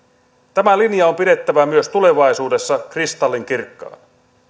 tämä linja on pidettävä myös tulevaisuudessa kristallinkirkkaana